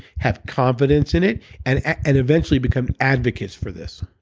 have confidence in it and and eventually become advocates for this.